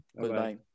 Goodbye